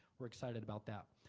we're excited about that.